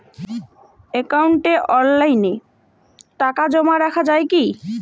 একাউন্টে অনলাইনে টাকা জমা রাখা য়ায় কি?